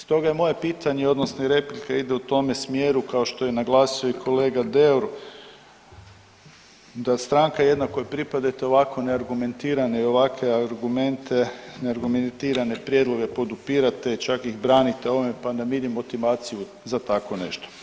Stoga je moje pitanje odnosno i replika ide u tome smjeru kao što je naglasio i kolega Deur da stranka jedna kojoj pripadate ovako neargumentirano i ovakve argumente i neargumentirane prijedloge podupirete i čak ih branite ovime, pa onda ne vidim motivaciju za takvo nešto.